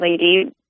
Lady